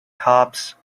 cops